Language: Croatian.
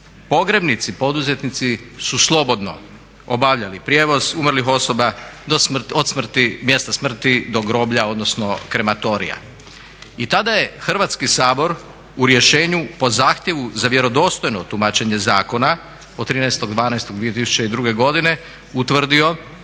pogrebnici poduzetnici su slobodno obavljali prijevoz umrlih osoba od mjesta smrti do groblja, odnosno krematorija. I tada je Hrvatski sabor u rješenju po zahtjevu za vjerodostojno tumačenje zakona od 13.12.2002. godine utvrdio